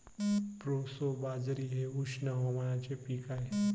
proso बाजरी हे उष्ण हवामानाचे पीक आहे